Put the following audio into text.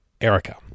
Erica